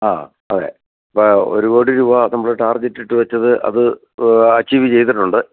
ആ അതെ ഇപ്പോൾ ഒരു കോടി രൂപ നമ്മൾ ടാർഗെറ്റ് ഇട്ടു വെച്ചത് അത് അച്ചീവ് ചെയ്തിട്ടുണ്ട്